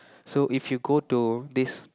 so if you go to this